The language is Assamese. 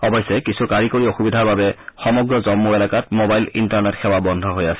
অৱশ্যে কিছু কাৰিকৰী অসুবিধাৰ বাবে সমগ্ৰ জম্মু এলেকাত ম'বাইল ইণ্টাৰনেট সেৱা বন্ধ হৈ আছে